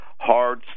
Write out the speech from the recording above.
hard